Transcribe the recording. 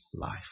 life